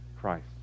Christ